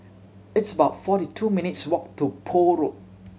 it's about forty two minutes' walk to Poole Road